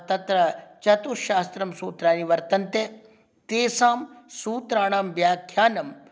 तत्र चतुस्सहस्रं सूत्राणि वर्तन्ते तेषां सूत्राणां व्याख्यानाम्